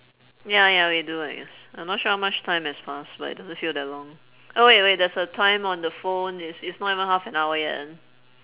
ya ya we do I guess I not sure how much time has passed but it doesn't feel that long oh wait wait there's a time on the phone it's it's not even half an hour yet